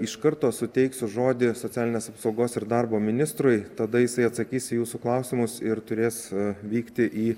iš karto suteiksiu žodį socialinės apsaugos ir darbo ministrui tada jisai atsakys į jūsų klausimus ir turės vykti į